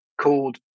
called